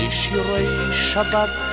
shabbat